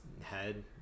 head